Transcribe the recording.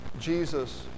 Jesus